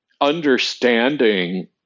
understanding